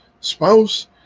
Spouse